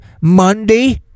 Monday